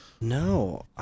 No